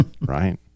right